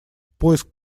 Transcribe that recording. поиск